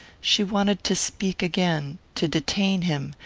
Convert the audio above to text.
she wanted to speak again, to detain him,